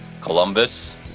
Columbus